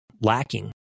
lacking